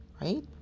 Right